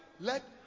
Let